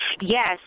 Yes